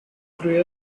cruel